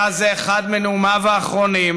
היה זה אחד מנאומיו האחרונים.